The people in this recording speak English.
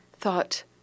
thought